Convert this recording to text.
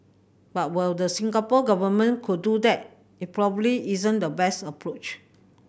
but while the Singapore Government could do that it probably isn't the best approach